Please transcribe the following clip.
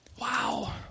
Wow